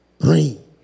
Bring